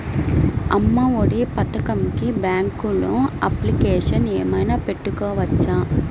అమ్మ ఒడి పథకంకి బ్యాంకులో అప్లికేషన్ ఏమైనా పెట్టుకోవచ్చా?